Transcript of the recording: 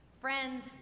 Friends